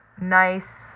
nice